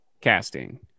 casting